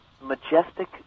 Majestic